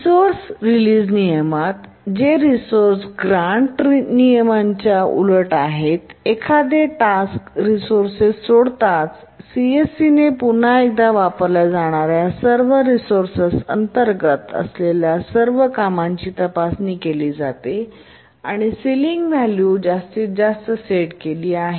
resource release नियमात जे resource grant नियमांच्या उलट आहे एखादे टास्क रिसोर्से सोडताच सीएससीने पुन्हा वापरल्या जाणार्या सर्व रिसोर्ससच्या अंतर्गत असलेल्या सर्व कामांची तपासणी केली जाते आणि सिलिंग व्हॅल्यू जास्तीत जास्त सेट केली आहे